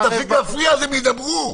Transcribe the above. תפסיק להפריע אז הם ידברו.